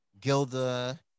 Gilda